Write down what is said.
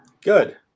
Good